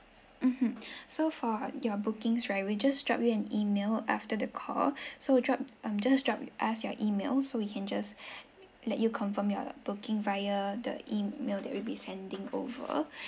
mmhmm so for your bookings right we'll just drop you an email after the call so drop um just drop us your email so we can just let you confirm your booking via the email that we'll be sending over